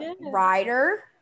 Rider